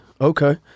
Okay